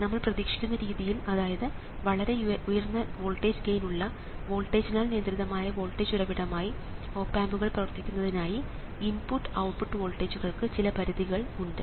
നമ്മൾ പ്രതീക്ഷിക്കുന്ന രീതിയിൽ അതായത് വളരെ ഉയർന്ന വോൾട്ടേജ് ഗെയിൻ ഉള്ള വോൾട്ടേജിനാൽ നിയന്ത്രിതമായ വോൾട്ടേജ് ഉറവിടമായി ഓപ് ആമ്പുകൾ പ്രവർത്തിക്കുന്നതിനായി ഇൻപുട്ട് ഔട്ട്പുട്ട് വോൾട്ടേജുകൾക്ക് ചില പരിധികൾ ഉണ്ട്